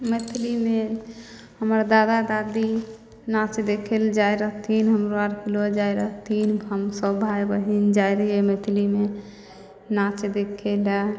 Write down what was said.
मैथलीमे हमर दादा दादी नाँच देखेलए जाइ रहथिन हमरो आरके लऽ जाइ रहथिन हमसब भाय बहीन जाइ रहियै मैथलीमे नाँच देखेलए